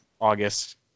august